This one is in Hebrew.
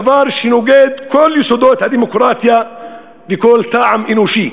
דבר שנוגד את כל יסודות הדמוקרטיה וכל טעם אנושי.